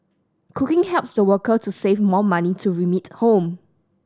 cooking helps the worker to save more money to remit home